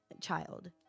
child